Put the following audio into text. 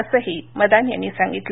असंही मदान यांनी सांगितलं